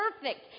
perfect